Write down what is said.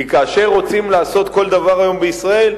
כי כאשר רוצים לעשות כל דבר היום בישראל,